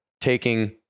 taking